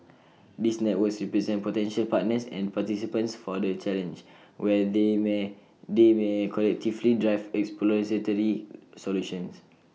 these networks represent potential partners and participants for the challenge where they may collectively drive exploratory solutions